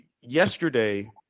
yesterday